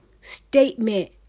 statement